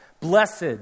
blessed